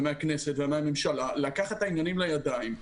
מהכנסת ומהממשלה זה לקחת את העניינים לידיים.